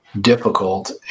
Difficult